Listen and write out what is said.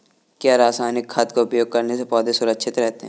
क्या रसायनिक खाद का उपयोग करने से पौधे सुरक्षित रहते हैं?